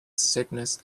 sickness